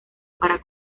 para